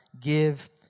give